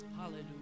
Hallelujah